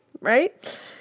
right